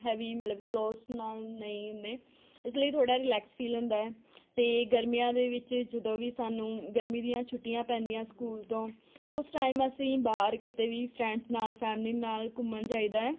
heavy ਮਤਲਬ clothes ਨਾਲ ਨਹੀਂ ਹੁੰਦੇ ਇਸ ਲਈ ਥੋੜ੍ਹਾ ਰਿਲੈਕਸ ਫੀਲ ਹੁੰਦਾ ਹੈ ਅਤੇ ਗਰਮੀਆਂ ਦੇ ਵਿੱਚ ਜਦੋਂ ਵੀ ਸਾਨੂੰ ਗਰਮੀਆਂ ਦੀਆਂ ਛੁੱਟੀਆਂ ਪੈਂਦੀਆਂ ਸਕੂਲ ਤੋਂ ਉਸ ਟਾਈਮ ਅਸੀਂ ਬਾਹਰ ਕਿਤੇ ਵੀ ਫਰੈਂਡ ਨਾਲ ਫੈਮਿਲੀ ਨਾਲ ਘੁੰਮਣ ਜਾਈਦਾ